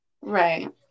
Right